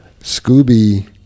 Scooby